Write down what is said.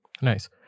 Nice